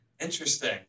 interesting